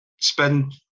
spend